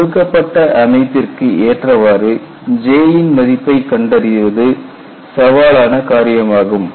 கொடுக்கப்பட்ட அமைப்பிற்கு ஏற்றவாறு J ன் மதிப்பை கண்டறிவது சவாலான காரியமாகும்